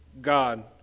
God